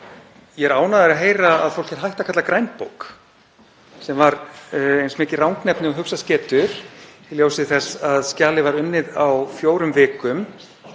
ég er ánægður að heyra að fólk er hætt að kalla grænbók því að það var eins mikið rangnefni og hugsast getur í ljósi þess að skjalið var unnið á fjórum vikum